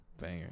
banger